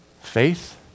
faith